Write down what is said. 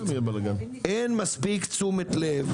אין מספיק תשומת לב,